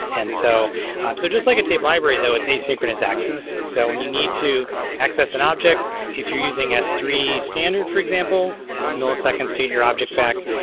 and so um so just like a tape library though, it's asynchronous access. so when you need to access an object, if you're using s three standard for example, it's milliseconds to get your object back.